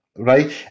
Right